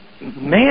man